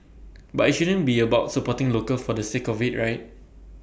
but IT shouldn't be about supporting local for the sake of IT right